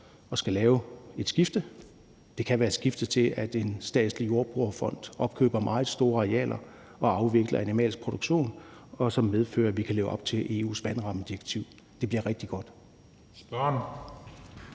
at skulle lave et skifte. Det kan være et skifte til, at en statslig jordbrugerfond opkøber meget store arealer og afvikler animalsk produktion, hvilket medfører, at vi kan leve op til EU's vandrammedirektiv. Det bliver rigtig godt.